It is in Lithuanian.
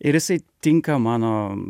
ir jisai tinka mano